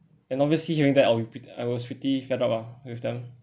and obviously hearing that I will be prett~ I was pretty I was pretty fed up ah with them